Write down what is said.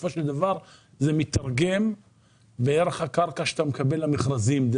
בסופו של דבר זה מיתרגם בערך הקרקע שאתה מקבל למכרזים.